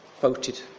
voted